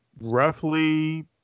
roughly